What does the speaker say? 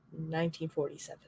1947